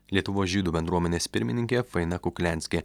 lietuvos žydų bendruomenės pirmininkė faina kukliansky